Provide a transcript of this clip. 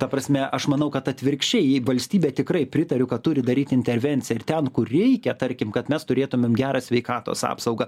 ta prasme aš manau kad atvirkščiai jei valstybė tikrai pritariu kad turi daryt intervenciją ir ten kur reikia tarkim kad mes turėtumėm gerą sveikatos apsaugą